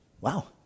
Wow